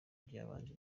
ry’ibanze